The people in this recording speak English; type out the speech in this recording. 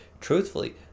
truthfully